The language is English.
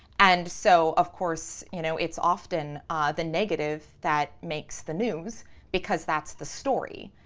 and so of course, you know, it's often the negative that makes the news because that's the story.